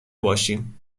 باشیم